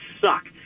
suck